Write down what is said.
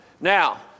Now